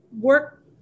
work